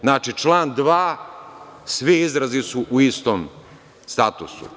Znači, član 2. svi izrazi su u istom statusu.